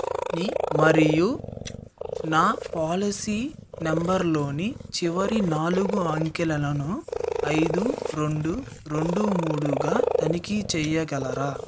ని మరియు నా పాలసీ నంబర్లోని చివరి నాలుగు అంకెలను ఐదు రెండు రెండు మూడుగా తనిఖీ చెయ్యగలరా